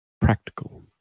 Practical